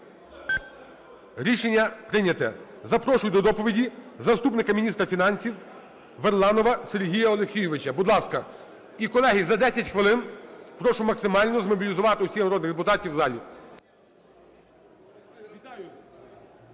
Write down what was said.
Рішення прийнято. Запрошую до доповіді заступника міністра фінансів Верланова Сергія Олексійовича, будь ласка. І, колеги, за 10 хвилин прошу максимально змобілізувати усіх народних депутатів в залі.